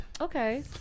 Okay